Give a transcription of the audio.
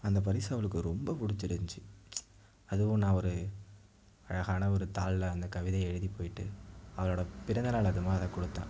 அந்த பரிசு அவளுக்கு ரொம்ப பிடிச்சிருந்துச்சு அதுவும் நான் ஒரு அழகான ஒரு தாளில் அந்த கவிதையை எழுதி போயிட்டு அவளோடய பிறந்தநாள் அதுவுமா அதைக் கொடுத்தேன்